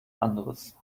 anderes